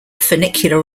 funicular